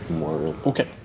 Okay